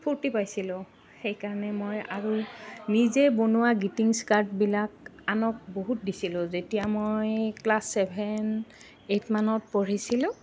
ফূৰ্তি পাইছিলোঁ সেইকাৰণে মই আৰু নিজে বনোৱা গিটিংছ কাৰ্ডবিলাক আনক বহুত দিছিলোঁ যেতিয়া মই ক্লাছ ছেভেন এইটমানত পঢ়িছিলোঁ